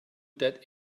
that